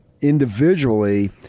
individually